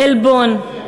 עלבון,